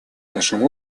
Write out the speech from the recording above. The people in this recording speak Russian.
нашем